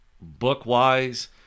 Book-wise